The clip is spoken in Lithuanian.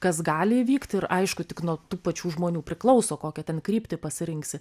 kas gali įvykt ir aišku tik nuo tų pačių žmonių priklauso kokią ten kryptį pasirinksi